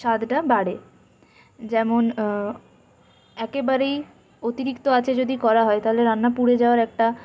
স্বাদটা বাড়ে যেমন একেবারেই অতিরিক্ত আঁচে যদি করা হয় তাহলে রান্না পুড়ে যাওয়ার একটা